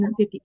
150